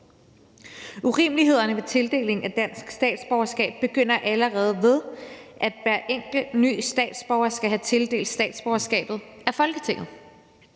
Urimelighederne ved tildeling af dansk statsborgerskab begynder allerede ved, at hver enkelt ny statsborger skal have tildelt statsborgerskabet af Folketinget.